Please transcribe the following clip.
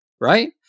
right